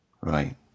Right